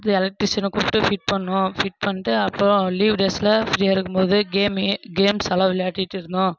அது எலெக்ட்ரீஷனை கூப்பிட்டு ஃபிட் பண்ணோம் ஃபிட் பண்ணிவிட்டு அப்றம் லீவ் டேஸில் ஃப்ரீயாக இருக்கும்போது கேமு கேம்ஸ் எல்லாம் விளையாடிகிட்டு இருந்தோம்